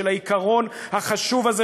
של העיקרון החשוב הזה,